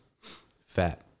fat